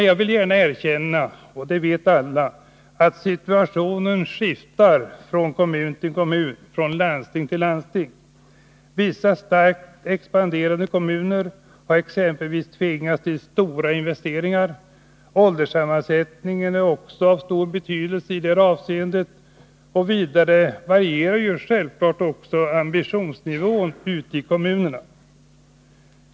Jag vill gärna erkänna — och det vet alla — att situationen skiftar från kommun till kommun, från landsting till landsting. Vissa starkt expanderande kommuner har exempelvis tvingats till stora investeringar. Ålderssammansättningen är också av stor betydelse i det avseendet. Vidare varierar självfallet även ambitionsnivån ute i kommunerna.